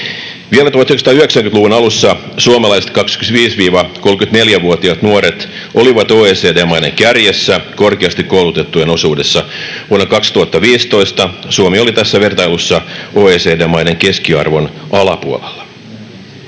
Vielä 1990-luvun alussa suomalaiset 25—34-vuotiaat nuoret olivat OECD-maiden kärjessä korkeasti koulutettujen osuudessa. Vuonna 2015 Suomi oli tässä vertailussa OECD-maiden keskiarvon alapuolella.